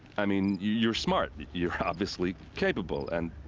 i mean. you're smart! you're obviously. capable, and.